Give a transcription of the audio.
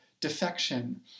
defection